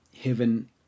heaven